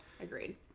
agreed